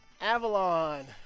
Avalon